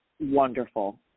wonderful